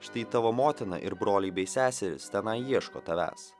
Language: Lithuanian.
štai tavo motina ir broliai bei seserys tenai ieško tavęs